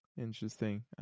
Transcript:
interesting